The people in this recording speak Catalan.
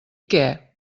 què